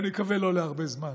אני מקווה לא להרבה זמן.